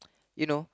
you know